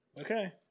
Okay